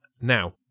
Now